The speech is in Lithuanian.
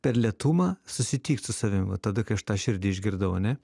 per lėtumą susitik su savimi va tada kai aš tą širdį išgirdau ane